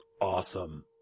Awesome